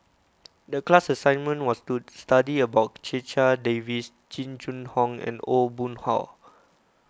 the class assignment was to study about Checha Davies Jing Jun Hong and Aw Boon Haw